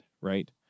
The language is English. right